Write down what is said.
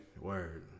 Word